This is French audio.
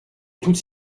toutes